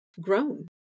grown